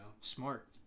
Smart